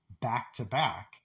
back-to-back